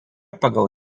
pagal